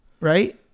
right